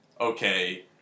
okay